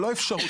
לא "אפשרות".